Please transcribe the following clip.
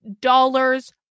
dollars